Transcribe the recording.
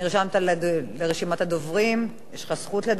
נרשמת ברשימת הדוברים, יש לך זכות לדבר,